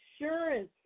insurance